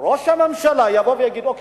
שראש הממשלה יבוא ויגיד: אוקיי,